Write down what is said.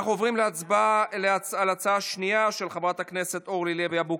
בעד, 21,